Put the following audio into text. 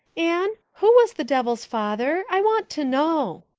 anne, who was the devils father? i want to know.